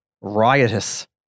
riotous